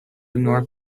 ignore